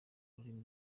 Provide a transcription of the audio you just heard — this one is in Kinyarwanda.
rurimi